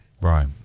right